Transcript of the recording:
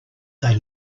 they